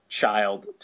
child